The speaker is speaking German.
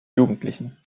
jugendlichen